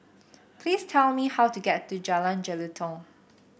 please tell me how to get to Jalan Jelutong